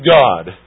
God